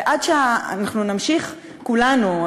ועד שאנחנו נמשיך כולנו,